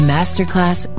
Masterclass